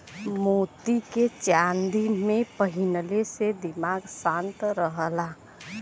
मोती के चांदी में पहिनले से दिमाग शांत रहला